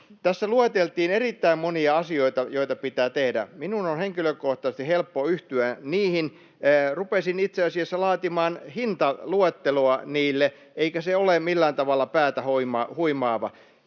Tässä lueteltiin erittäin monia asioita, joita pitää tehdä. Minun on henkilökohtaisesti helppo yhtyä niihin. Rupesin itse asiassa laatimaan hintaluetteloa niille, eikä se ole millään tavalla päätähuimaava.